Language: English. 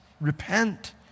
repent